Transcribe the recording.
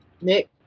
Nick